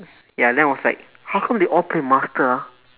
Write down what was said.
ya then I was like how come they all play master ah